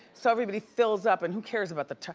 so everybody fills up and who cares about the,